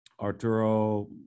Arturo